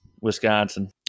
Wisconsin